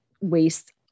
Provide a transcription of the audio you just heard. waste